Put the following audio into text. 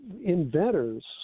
inventors